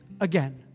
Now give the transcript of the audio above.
again